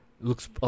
looks